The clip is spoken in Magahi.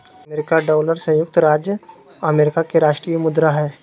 अमेरिका डॉलर संयुक्त राज्य अमेरिका के राष्ट्रीय मुद्रा हइ